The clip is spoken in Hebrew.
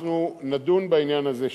אנחנו נדון בעניין הזה שוב.